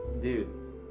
Dude